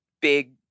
big